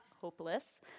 hopeless